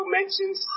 mentions